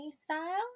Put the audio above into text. style